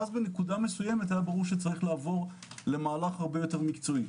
ואז היה ברור שצריך לעבור למהלך הרבה יותר מקצועי.